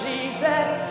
Jesus